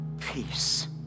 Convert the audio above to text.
peace